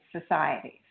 societies